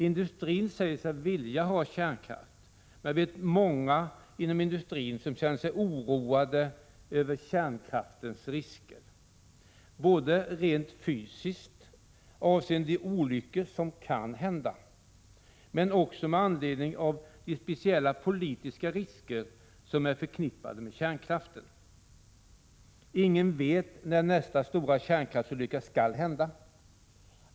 Industrin säger sig vilja ha kärnkraft, men jag vet att många inom industrin känner sig oroade över kärnkraftens risker, både rent fysiskt, avseende de olyckor som kan hända, men också med anledning av de speciella politiska risker som är förknippade med kärnkraften. Ingen vet när nästa stora kärnkraftsolycka skall hända.